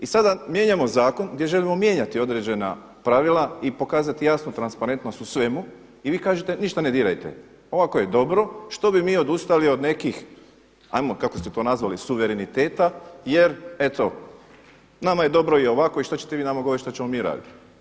I sada mijenjamo zakon gdje želimo mijenjati određena pravila i pokazati jasnu transparentno u svemu i vi kažete ništa ne dirajte, ovako je dobro, što bi mi odustali od nekih, 'ajmo kako ste to nazvali suvereniteta jer eto nama je dobro i ovako i što ćete vi nama govoriti što ćemo mi raditi.